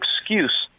excuse